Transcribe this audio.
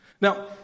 Now